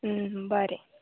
बरें